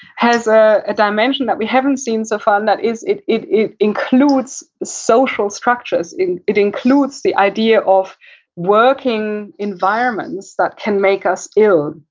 has a dimension that we haven't seen so far. and that is that it it includes social structures. it it includes the idea of working environments that can make us ill.